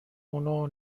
اونو